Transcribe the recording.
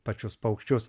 pačius paukščius